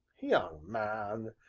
young man,